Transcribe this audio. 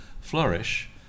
flourish